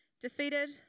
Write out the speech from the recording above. Defeated